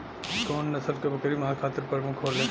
कउन नस्ल के बकरी मांस खातिर प्रमुख होले?